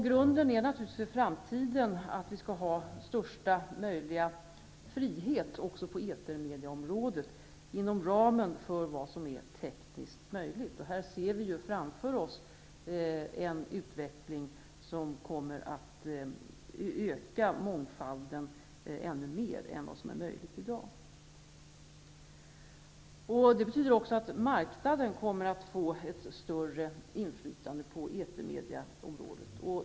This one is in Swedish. Grunden för framtiden är naturligtvis att vi skall ha största möjliga frihet också på etermediaområdet inom ramen för vad som är tekniskt möjligt. Här ser vi framför oss en utveckling som kommer att öka mångfalden ännu mer än vad som är möjligt i dag. Det betyder också att marknaden kommer att få ett större inflytande på etermediaområdet.